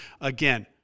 again